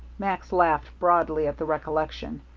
max laughed broadly at the recollection.